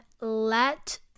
let